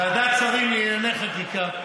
ועדת שרים לענייני חקיקה,